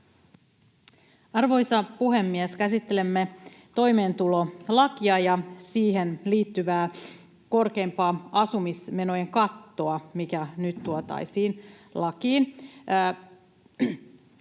Arvoisa puhemies! Käsittelemme toimeentulolakia ja siihen liittyvää asumismenojen kattoa, mikä nyt tuotaisiin lakiin.